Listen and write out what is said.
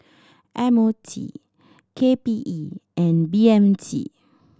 M O T K P E and B M T